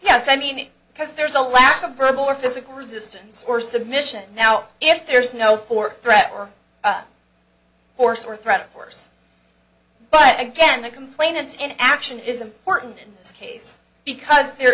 yes i mean it because there's a lack of verbal or physical resistance or submission now if there's no for threat or force or threat of force but again the complainants in action is important it's case because there